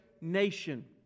nation